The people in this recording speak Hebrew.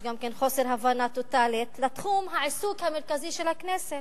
יש גם כן חוסר הבנה טוטלי של תחום העיסוק המרכזי של הכנסת.